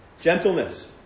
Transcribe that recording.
Gentleness